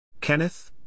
Kenneth